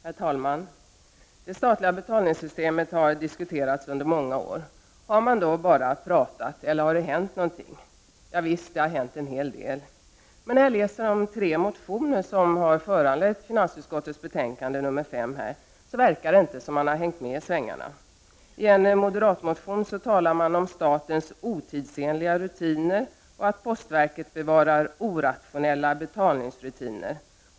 Herr talman! Det statliga betalningssystemet har diskuterats under många år. Har man då bara pratat, eller har det hänt någonting? Jo visst, det har hänt en hel del. Men när jag läser de tre motioner som har föranlett finansutskottets betänkande nr 5, verkar det inte som om man har hängt med i svängarna. I den ena moderatmotionen talar man om statens otidsenliga rutiner och att postverket bevarar orationella betalningsrutiner.